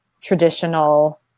traditional